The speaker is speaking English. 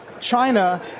China